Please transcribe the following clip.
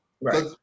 Right